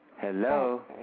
Hello